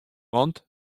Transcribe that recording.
want